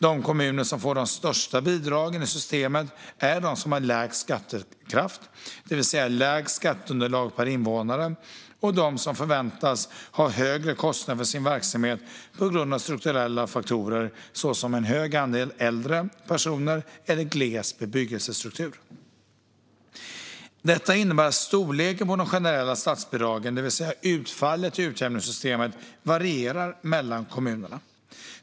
De kommuner som får de största bidragen i systemet är de som har lägst skattekraft, det vill säga lägst skatteunderlag per invånare, och de som förväntas ha högre kostnader för sin verksamhet på grund av strukturella faktorer, såsom en hög andel äldre personer eller gles bebyggelsestruktur. Detta innebär att storleken på de generella statsbidragen, det vill säga utfallet i utjämningssystemet, varierar mellan kommunerna.